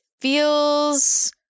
feels